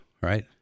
right